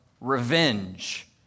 revenge